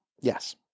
Yes